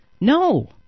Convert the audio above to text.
No